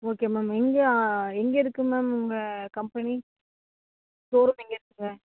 okay ma'am எங்கே எங்கே இருக்கு மேம் உங்கள் கம்பெனி ஷோரூம் எங்கே இருக்குங்க